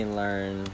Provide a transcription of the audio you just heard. learn